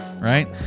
right